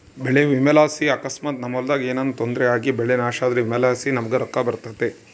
ಬೆಳೆ ವಿಮೆಲಾಸಿ ಅಕಸ್ಮಾತ್ ನಮ್ ಹೊಲದಾಗ ಏನನ ತೊಂದ್ರೆ ಆಗಿಬೆಳೆ ನಾಶ ಆದ್ರ ವಿಮೆಲಾಸಿ ನಮುಗ್ ರೊಕ್ಕ ಬರ್ತತೆ